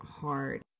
hard